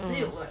mm